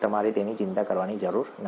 તમારે તેની ચિંતા કરવાની જરૂર નથી